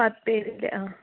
പത്തേതിൻ്റെ ആ